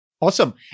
Awesome